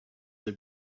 they